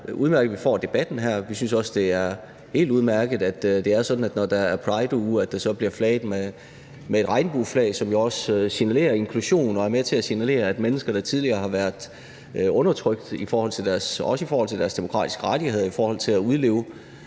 vi får debatten her. Vi synes også, det er helt udmærket, at det er sådan, at der, når der er Copenhagen Pride-uge, bliver flaget med et regnbueflag, som jo også signalerer inklusion og er med til at signalere, at mennesker, der tidligere har været undertrykt, også i forhold til deres demokratiske rettigheder og i forhold til at udleve